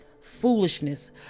foolishness